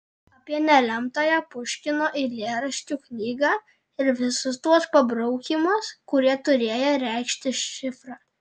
apie nelemtąją puškino eilėraščių knygą ir visus tuos pabraukymus kurie turėję reikšti šifrą